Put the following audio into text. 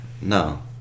No